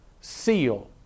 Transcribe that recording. seal